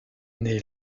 née